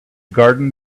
garden